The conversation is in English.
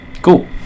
cool